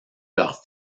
leurs